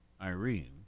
Irene